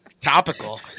Topical